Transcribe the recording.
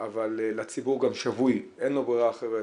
אבל הציבור גם שבוי, אין לו ברירה אחרת.